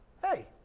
hey